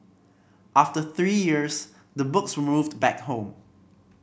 after three years the books were moved back home